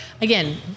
Again